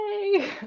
yay